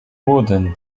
wooden